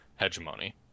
hegemony